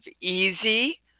easy